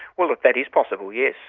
well, look, that is possible, yes,